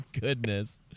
goodness